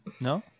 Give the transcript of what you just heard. No